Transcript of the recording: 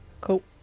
Cool